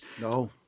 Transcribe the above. no